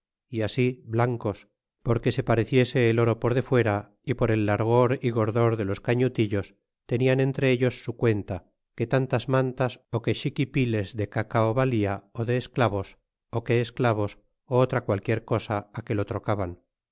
é así blancos porque se pareciese el oro por defuera y por el largor y gordor de los cañutillos tenian entre ellos su cuenta que tantas mantas ó que xiquipiles de cacao valla de esclavos ó que esclavos otra qualquier cosa que lo trocaban